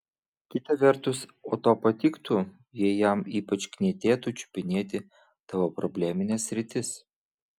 kita vertus o tau patiktų jei jam ypač knietėtų čiupinėti tavo problemines sritis